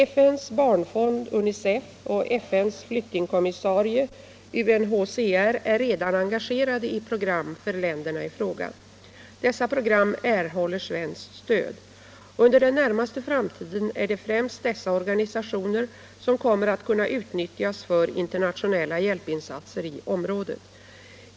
FN:s barnfond UNICEF och FN:s flyktingkommissarie UNHCR är redan engagerade i program för länderna i fråga. Dessa pro gram erhåller svenskt stöd. Under den närmaste framtiden är det främst dessa organisationer som kommer att kunna utnyttjas för internationella hjälpinsatser i området.